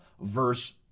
verse